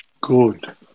Good